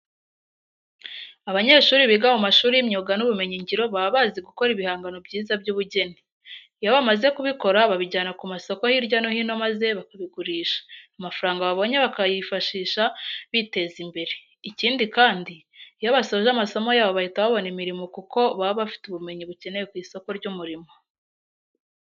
Abanyeshuri biga mu mashuri y'imyuga n'ubumenyingiro baba bazi gukora ibihangano byiza by'ubugeni. Iyo bamaze kubikora babijyana ku masoko hirya no hino maze bakabigurisha, amafaranga babonye bakayifashisha biteza imbere. Ikindi kandi, iyo basoje amasomo yabo bahita babona imirimo kuko baba bafite ubumenyi bukenewe ku isoko ry'umurimo.